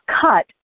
cut